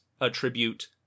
attribute